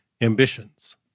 ambitions